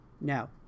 Now